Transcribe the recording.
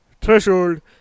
threshold